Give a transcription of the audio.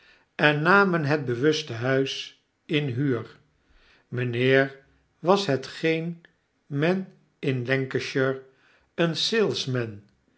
en namen het bewuste hiiis in huur mynheer was hetgeen men in lancashire een